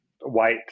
white